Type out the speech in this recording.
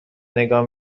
نگاه